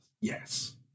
Yes